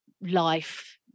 life